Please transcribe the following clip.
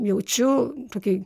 jaučiu tokį